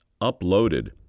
uploaded